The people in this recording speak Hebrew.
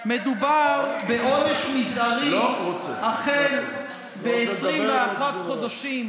מדובר בעונש מזערי החל ב-21 חודשים